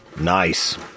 Nice